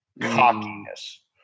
cockiness